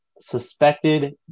suspected